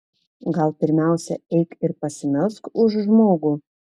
gal pirmiausia eik ir pasimelsk už žmogų